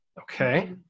okay